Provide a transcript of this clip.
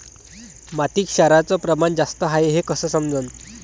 मातीत क्षाराचं प्रमान जास्त हाये हे कस समजन?